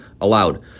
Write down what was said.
allowed